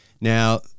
Now